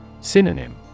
Synonym